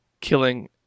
killing